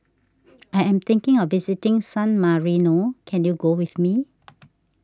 I am thinking of visiting San Marino can you go with me